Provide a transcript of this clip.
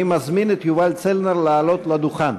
אני מזמין את יובל צלנר לעלות לדוכן.